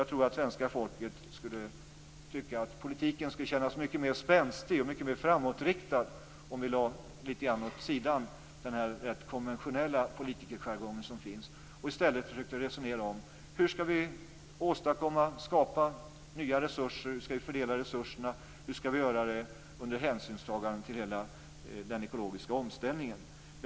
Jag tror att politiken för svenska folket skulle kännas mycket mer spänstig och framåtriktad om vi lade lite grann åt sidan den rätt konventionella politikerjargongen och i stället försökte resonera om hur vi skall kunna åstadkomma och skapa nya resurser, hur vi skall fördela resurserna och hur vi skall kunna göra det under hänsynstagande till den ekologiska omställningen.